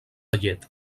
llet